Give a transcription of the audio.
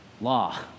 law